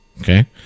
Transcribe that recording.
Okay